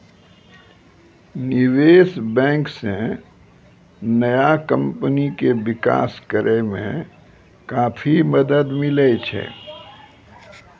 निबेश बेंक से नया कमपनी के बिकास करेय मे काफी मदद मिले छै